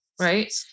Right